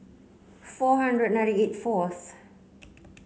four hundred ninety eight fourth